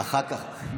חברת הכנסת גוטליב,